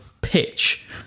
pitch